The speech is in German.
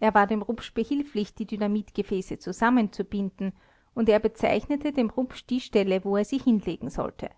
er war dem rupsch behilflich die dynamitgefäße zusammenzubinden und er bezeichnete dem rupsch die stelle wo er sie hinlegen solle